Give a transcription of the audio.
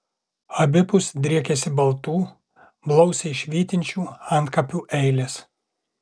abipus driekėsi baltų blausiai švytinčių antkapių eilės